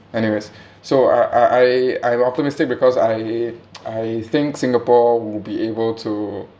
anyways so I I I I'm optimistic because I I think singapore will be able to